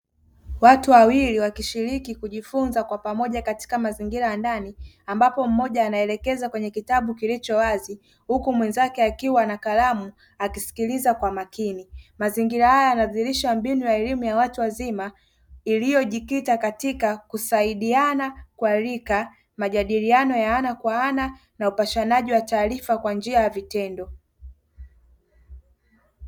Watu wawili wakishiriki kujifunza kwa pamoja katika mazingira ya ndani, ambapo mmoja anaelekeza kwenye kitabu kilicho wazi huku mwenzake akiwa na kalamu, akisikiliza kwa makini. Mazingira haya yanadhihirisha mbinu ya elimu ya watu wazima iliyojikita katika kusaidiana kwa rika, majadiliano ya ana kwa ana, na upashanaji wa taarifa kwa njia ya vitendo.